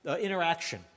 interaction